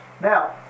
Now